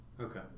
Okay